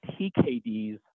TKDs